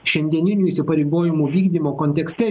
šiandieninių įsipareigojimų vykdymo kontekste